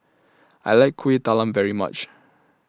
I like Kuih Talam very much